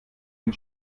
den